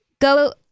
go